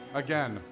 again